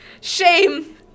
Shame